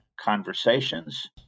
conversations